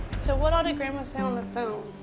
so what all did grandma say on the phone?